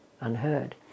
unheard